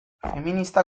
feminista